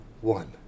one